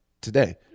today